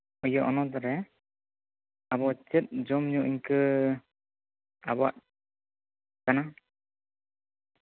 ᱦᱚᱱᱚᱛᱨᱮ ᱟᱵᱚ ᱪᱮᱫ ᱡᱚᱢ ᱧᱩ ᱤᱱᱠᱟᱹ ᱟᱵᱚᱣᱟᱜ ᱠᱟᱱᱟ